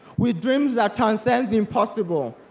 with dreams that transcend the impossible.